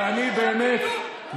ואני באמת,